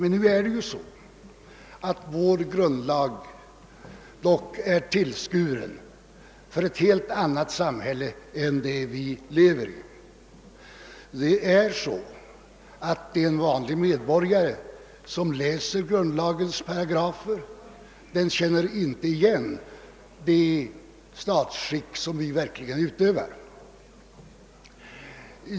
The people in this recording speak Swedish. Nu är emellertid vår grundlag tillskuren för ett helt annat samhälle än det vi lever i i dag. En vanlig medborgare som läser grundlagens paragrafer känner där inte igen det statsskick som vi verkligen har.